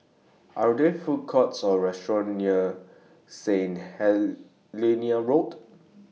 Are There Food Courts Or restaurants near St Helena Road